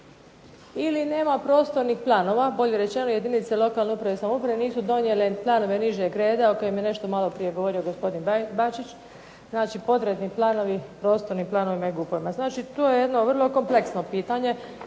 ili nema prostornih planova, bolje rečeno jedinice lokalne uprave i samouprave nisu donijele planove nižeg reda o kojima je nešto maloprije govorio gospodin Bačić, prostorni planovi, to je jedno vrlo kompleksno pitanje,